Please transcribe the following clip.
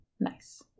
nice